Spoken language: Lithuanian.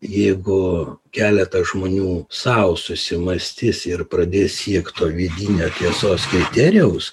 jeigu keletas žmonių sau susimąstys ir pradės siekt to vidinio tiesos kriterijaus